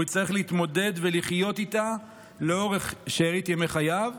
והוא יצטרך להתמודד ולחיות איתה לאורך שארית ימי חייו.